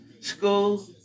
school